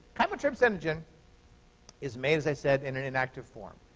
chymotrypsinogen is made, as i said, in an inactive form.